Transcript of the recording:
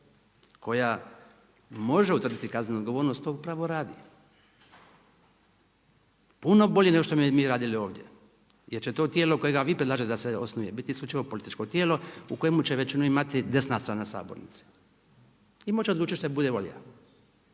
koja može utvrditi kaznenu odgovornost to upravo radi, puno bolje nego što bi mi radili ovdje jer će to tijelo kojega vi predlažete da se osnuje biti isključivo političko tijelo u kojemu će većinu imati desna strana sabornice i moći će odlučiti što bude volja